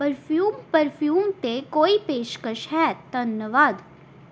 perfume perfume 'ਤੇ ਕੋਈ ਪੇਸ਼ਕਸ਼ ਹੈ ਧੰਨਵਾਦ